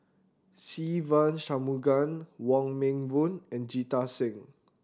Se Ve Shanmugam Wong Meng Voon and Jita Singh